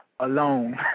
alone